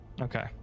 Okay